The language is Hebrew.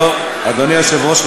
אדוני היושב-ראש,